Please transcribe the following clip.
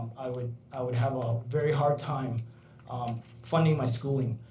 i would i would have a very hard time um funding my schooling.